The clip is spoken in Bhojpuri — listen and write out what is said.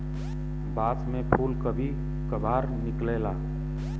बांस में फुल कभी कभार निकलेला